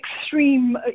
extreme